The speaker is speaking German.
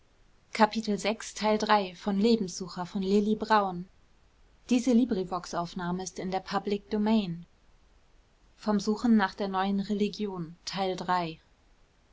kapitel vom suchen nach der neuen religion